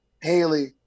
Haley